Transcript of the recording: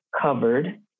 covered